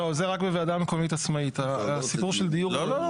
לא, זה רק בוועדה מקומית עצמאית הסיפור של דיור.